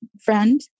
friend